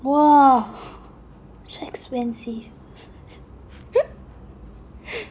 so expensive